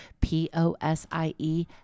P-O-S-I-E